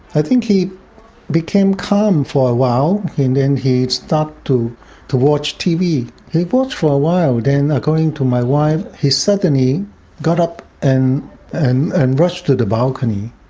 i think he became calm for a while. then he start to to watch tv. he watched for a while, then according to my wife he suddenly got up and and and rushed to the balcony.